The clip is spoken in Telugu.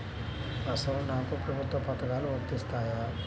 అసలు నాకు ప్రభుత్వ పథకాలు వర్తిస్తాయా?